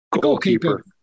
Goalkeeper